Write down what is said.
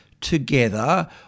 together